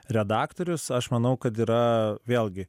redaktorius aš manau kad yra vėlgi